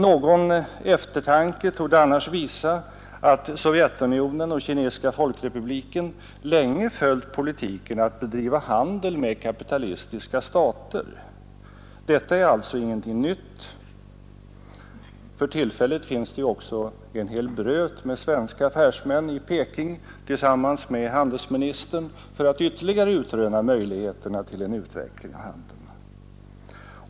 Någon eftertanke borde annars visa att Sovjetunionen och Kinesiska folkrepubliken länge följt politiken att bedriva handel med kapitalistiska stater. Detta är alltså ingenting nytt. För tillfället är också en hel bröt med svenska affärsmän tillsammans med handelsministern i Peking för att utröna möjligheterna till en ytterligare utveckling av handeln.